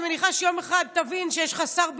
אני מניחה שיום אחד תבין שיש לך שר ביטחון,